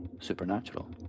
supernatural